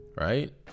Right